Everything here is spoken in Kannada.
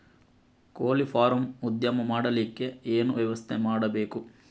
ಕೋಳಿ ಫಾರಂ ಉದ್ಯಮ ಮಾಡಲಿಕ್ಕೆ ಏನು ವ್ಯವಸ್ಥೆ ಮಾಡಬೇಕು?